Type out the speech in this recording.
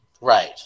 Right